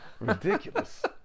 ridiculous